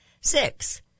Six